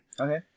okay